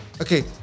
Okay